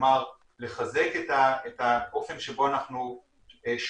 כלומר לחזק את האופן שבו אנחנו שומרים